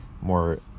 more